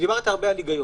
דיברת על היגיון.